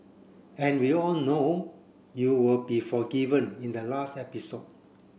and we all know you will be forgiven in the last episode